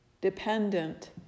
dependent